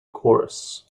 chorus